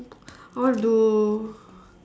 I want to do